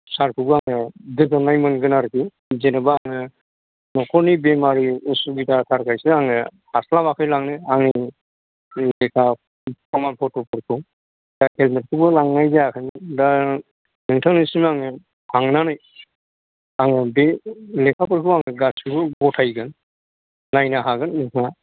सार खौबो आङो गोजोननाय मोनगोन आरोकि जेनेबा आङो न'खरनि बेमारि असुबिदाथारखायसो आङो हास्लाबाखै लांनो आङो बे लेखा प्रमान पत्र'फोरखौ हेलमेट खौबो लांनाय जायाखैमोन दा नोंथांनिसिम आङो थांनानै आङो बे लेखाफोरखौ आङो गासैबो गथायहैगोन नायनो हागोन नोंथाङा